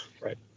Right